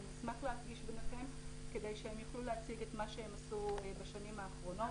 אני אשמח להפגיש ביניכם כדי שהם יוכלו להציג מה שהם עשו בשנים האחרונות.